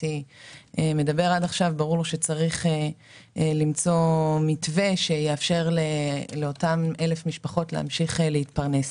פה ברור לו שצריך למצוא מתווה שיאפשר לאותן 1,000 משפחות להמשיך להתפרנס.